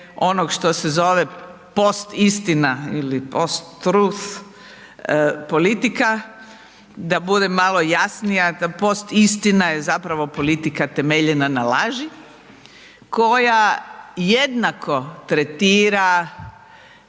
onog što se zove post istina ili post trust politika, da budem malo jasnija, post istina je zapravo politika temeljena na laži koja jednako tretira